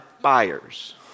buyers